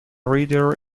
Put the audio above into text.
reader